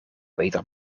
beter